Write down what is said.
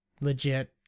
legit